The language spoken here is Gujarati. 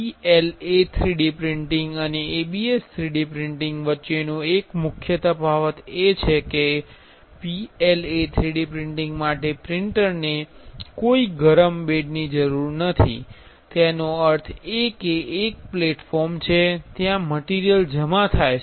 PLA 3D પ્રિન્ટિંગ અને ABS 3D પ્રિન્ટિંગ વચ્ચેનો એક મુખ્ય તફાવત એ છે કે PLA 3D પ્રિન્ટિંગ માટે પ્રિંટરને કોઈ ગરમ બેડ ની જરૂર નથી તેનો અર્થ એ કે એક પ્લેટફોર્મ છે જ્યાં મટીરિયલ જમા થાય છે